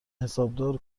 حسابدار